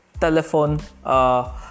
telephone